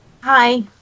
Hi